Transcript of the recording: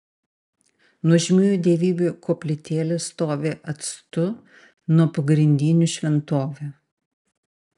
nuožmiųjų dievybių koplytėlės stovi atstu nuo pagrindinių šventovių